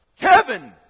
Kevin